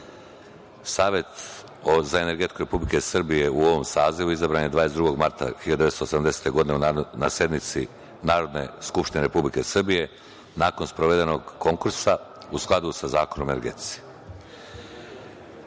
za energetiku Republike Srbije u ovom sazivu izabran je 22. marta, na sednici Narodne skupštine Republike Srbije, nakon sprovedenog konkursa, u skladu sa Zakonom o energetici. Ovaj